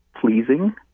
pleasing